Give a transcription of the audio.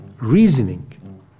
reasoning